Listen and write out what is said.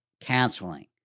counseling